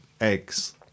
eggs